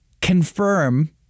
confirm